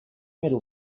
middle